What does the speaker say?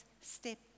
step